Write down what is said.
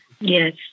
Yes